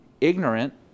ignorant